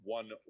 one